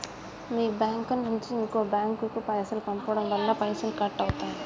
మీ bank నుంచి ఇంకో bank కు పైసలు పంపడం వల్ల పైసలు కట్ అవుతయా?